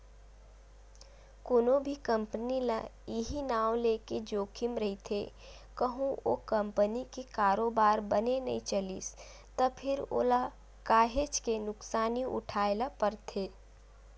कोनो भी कंपनी ल इहीं नांव लेके जोखिम रहिथे कहूँ ओ कंपनी के कारोबार बने नइ चलिस त फेर ओला काहेच के नुकसानी उठाय ल परथे